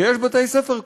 ויש בתי-ספר,